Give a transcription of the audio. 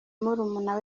murumuna